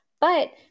But-